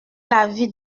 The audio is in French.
l’avis